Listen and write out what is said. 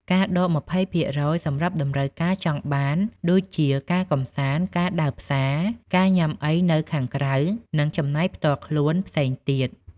ការដក 30% សម្រាប់តម្រូវការចង់បាន ដូចជា ការកម្សាន្ត ការដើរផ្សារ ការញ៉ាំអីនៅខាងក្រៅ និងចំណាយផ្ទាល់ខ្លួនផ្សេងទៀត។